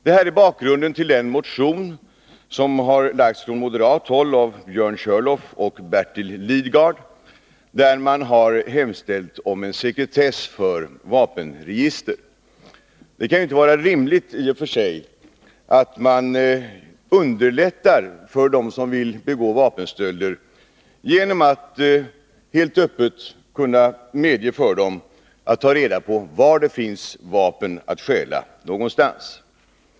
Det är bakgrunden till den motion som från moderat håll har väckts av Björn Körlof och Bertil Lidgard, i vilken man hemställt om sekretess för vapenregister. Det kan inte vara rimligt att man underlättar för dem som vill begå vapenstölder genom att helt öppet möjliggöra för dem att ta reda på var någonstans det finns vapen att stjäla.